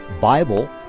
Bible